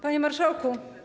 Panie Marszałku!